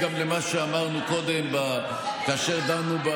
צריך לראות את זה בדיוק, בחוק הירושה.